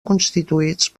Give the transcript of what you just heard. constituïts